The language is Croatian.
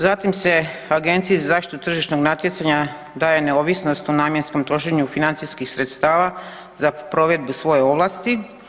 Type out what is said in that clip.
Zatim se Agenciji za zaštitu tržišnog natjecanja daje neovisnost u namjenskom trošenju financijskih sredstava za provedbu svoje ovlasti.